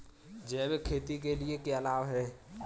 जैविक खेती के क्या लाभ हैं?